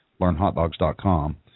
learnhotdogs.com